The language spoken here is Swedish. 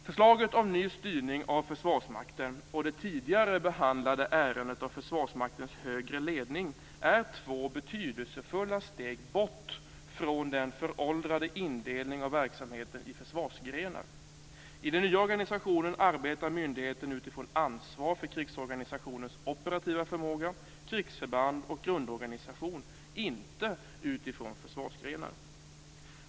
Förslaget om ny styrning av Försvarsmakten och det tidigare behandlade ärendet om Försvarsmaktens högre ledning är två betydelsefulla steg bort från den föråldrade indelningen av verksamheten i försvarsgrenar. I den nya organisationen arbetar myndigheten utifrån ansvar för krigsorganisationens operativa förmåga, krigsförband och grundorganisation - inte utifrån försvarsgrenar.